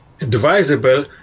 advisable